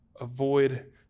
Avoid